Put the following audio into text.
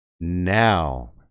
Now